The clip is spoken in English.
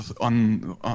on